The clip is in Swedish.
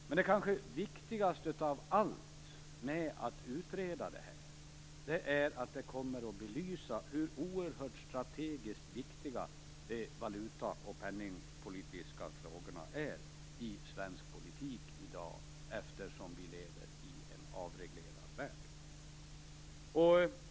Men viktigast av allt med en utredning av detta är kanske att det blir belyst hur oerhört strategiskt viktiga de valuta och penningpolitiska frågorna är i svensk politik nu när vi lever i en avreglerad värld.